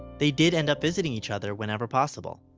they did end up visiting each other whenever possible.